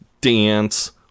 dance